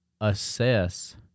assess